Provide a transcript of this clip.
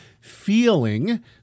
feeling